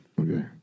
Okay